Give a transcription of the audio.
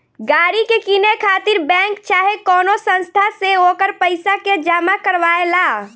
गाड़ी के किने खातिर बैंक चाहे कवनो संस्था से ओकर पइसा के जामा करवावे ला